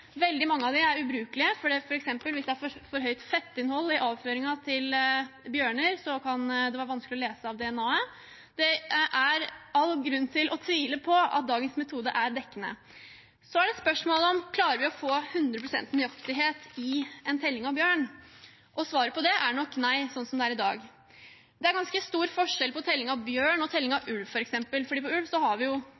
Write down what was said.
Veldig mange av dem er ubrukelige. Hvis det f.eks. er for stort fettinnhold i avføringen til bjørn, kan det være vanskelig å lese av DNA-en. Det er all grunn til å tvile på at dagens metode er dekkende. Så er det et spørsmål om vi klarer å få hundre prosent nøyaktighet i en telling av bjørn, og svaret på det er nok nei, sånn som det er i dag. Det er f.eks. ganske stor forskjell på telling av bjørn og telling av